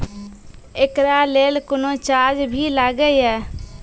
एकरा लेल कुनो चार्ज भी लागैये?